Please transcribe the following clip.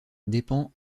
dépend